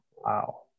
Wow